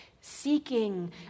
seeking